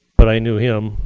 but i knew him.